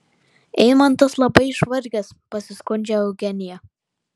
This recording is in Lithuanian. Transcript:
eimantas labai išvargęs pasiskundžia eugenija